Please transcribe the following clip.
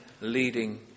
leading